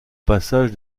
passage